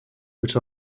which